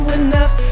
enough